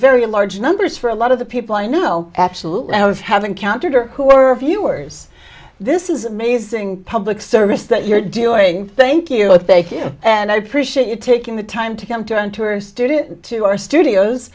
very large numbers for a lot of the people i know absolutely i would have encountered or who are viewers this is amazing public service that you're doing thank you i thank you and i appreciate you taking the time to come to on to our studio to our studios